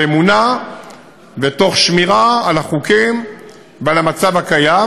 באמונה ותוך שמירה על החוקים ועל המצב הקיים.